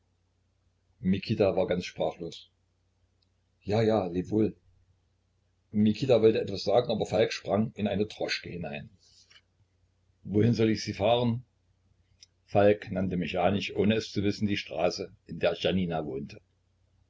mikita war ganz sprachlos ja ja leb wohl mikita wollte etwas sagen aber falk sprang in eine droschke hinein wohin soll ich sie fahren falk nannte mechanisch ohne es zu wissen die straße in der janina wohnte